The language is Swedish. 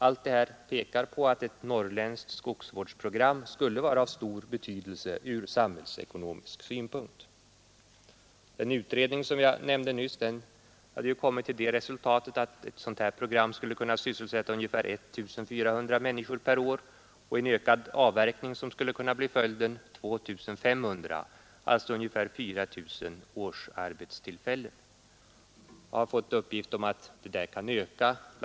Allt det här pekar på att ett norrländskt skogsvårdsprogram skulle vara av stor betydelse ur sam hällsekonomisk synpunkt. Den utredning som jag nämnde nyss har kommit till resultatet att ett sådant program skulle sysselsätta ungefär 1 400 människor per år och den ökade avverkning som skulle kunna bli följden ytterligare 2 500, alltså ungefär 4 000 årsarbetstillfällen. Och jag har fått uppgift om att siffrorna kan komma att öka. Bl.